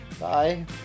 bye